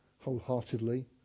wholeheartedly